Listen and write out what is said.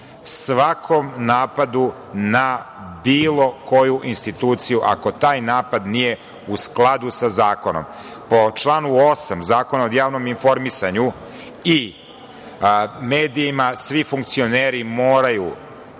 svakom napadu na bilo koju instituciju ako taj napad nije u skladu sa zakonom. Po članu 8. Zakona o javnom informisanju i medijima svi funkcioneri moraju,